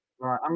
Right